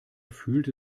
fühlte